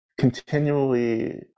continually